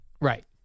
Right